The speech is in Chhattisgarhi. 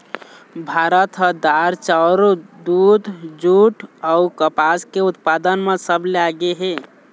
भारत ह दार, चाउर, दूद, जूट अऊ कपास के उत्पादन म सबले आगे हे